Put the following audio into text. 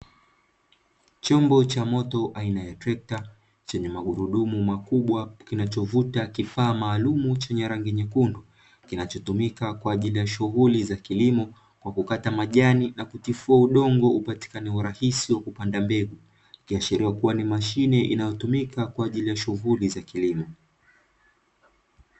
Chombo cha moto aina ya trekta chenye magurudumu makubwa kinachovuta kifaa maalumu chenye rangi nyekundu, kinachotumika kwa ajili ya shughuli za kilimo kwa kukata majani na kutifua udongo upatikane urahisi wa kupanda mbegu, ikiashiria kuwa ni mashine inayotumika kwa ajili ya shughuli za kilimo.